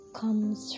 comes